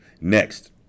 Next